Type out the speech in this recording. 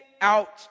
out